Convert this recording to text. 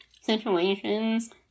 situations